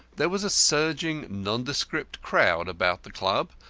there was a surging nondescript crowd about the club,